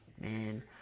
man